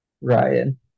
Ryan